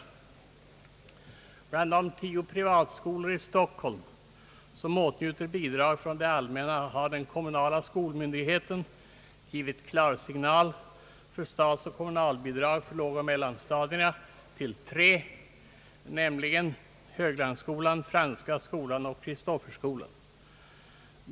Beträffande de tio privatskolor i Stockholm som åtnjuter bidrag från det allmänna har den kommunala skolmyndigheten givit klarsignal för statsoch kommunbidrag till lågoch mellanstadierna vid tre, nämligen Höglandsskolan, Franska skolan och Kristofferskolan.